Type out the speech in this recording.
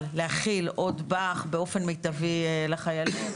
להכיל עוד בא"ח באופן מיטיבי לחיילים.